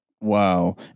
Wow